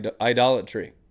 idolatry